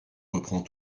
reprend